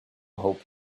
hope